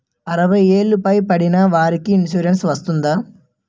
అరవై ఏళ్లు పై పడిన వారికి ఇన్సురెన్స్ వర్తిస్తుందా?